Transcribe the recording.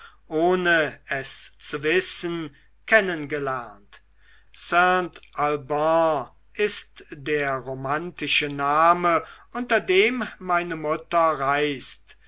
ohne es zu wissen kennen gelernt saint alban ist der romantische name unter dem meine mutter reist